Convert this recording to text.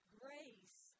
grace